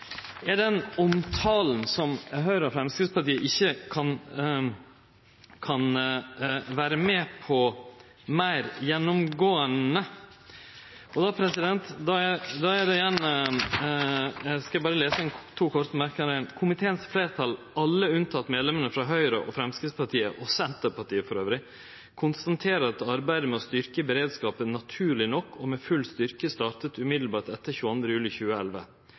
er den omtala som Høgre og Framstegspartiet ikkje kan vere med på meir gjennomgåande. Og då skal eg berre lese to korte merknader: «Komiteens flertall, alle unntatt medlemmene fra Høyre, Fremskrittspartiet og Senterpartiet, konstaterer at arbeidet med å styrke beredskapen naturlig nok og med full styrke startet umiddelbart etter 22. juli 2011.